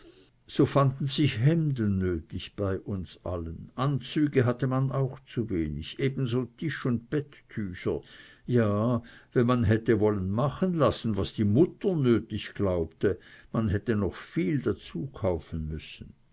so fanden sich hemden nötig bei uns allen anzüge hatte man auch zuwenig ebenso tisch und bettücher ja wenn man hätte wollen machen lassen was die mutter nötig glaubte man hätte noch viel dazu kaufen müssen